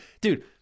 Dude